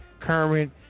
current